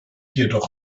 jedoch